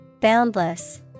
Boundless